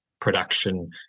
production